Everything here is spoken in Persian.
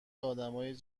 ادمای